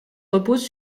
repose